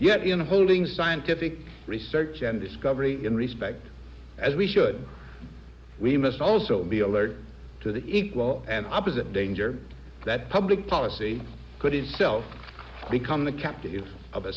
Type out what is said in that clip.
yet in holding scientific research and discovery in respect as we should we must also be alert to the equal and opposite danger that public policy could itself become the captive of a